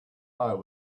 eye